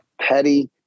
petty